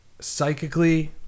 psychically